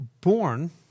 born